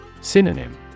Synonym